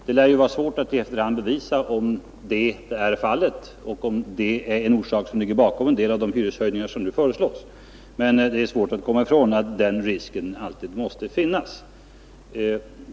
Det lär vara svårt att i efterhand bevisa om det är fallet och om det är en orsak till en del av de hyreshöjningar som nu föreslås, men det är svårt att komma ifrån att den risken alltid måste finnas.